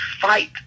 fight